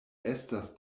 estas